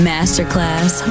Masterclass